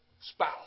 spouse